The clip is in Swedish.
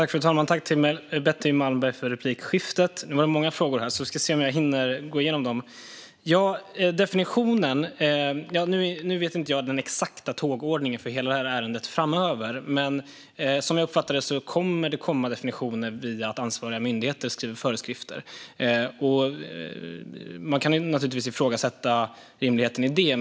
Fru talman! Jag tackar Betty Malmberg för replikskiftet. Det var många frågor. Vi får se om jag hinner gå igenom dem. Nu vet jag inte den exakta tågordningen för hela det här ärendet framöver, men som jag uppfattade det kommer det att komma definitioner genom att ansvariga myndigheter skriver föreskrifter. Man kan naturligtvis ifrågasätta rimligheten i det.